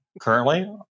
currently